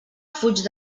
fuig